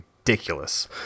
ridiculous